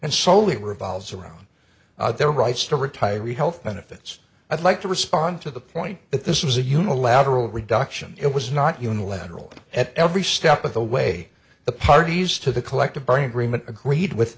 and solely revolves around their rights to retire health benefits i'd like to respond to the point that this was a unilateral reduction it was not unilateral at every step of the way the parties to the collective bargaining agreement agreed with